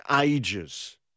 ages